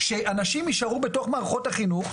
שאנשים יישארו בתוך מערכות החינוך,